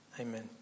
Amen